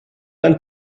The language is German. ein